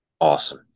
Awesome